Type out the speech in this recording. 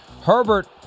Herbert